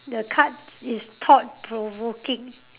the card is thought provoking